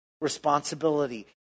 responsibility